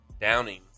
Downing